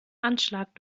anschlag